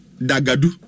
Dagadu